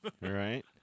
Right